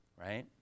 right